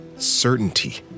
certainty